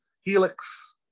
Helix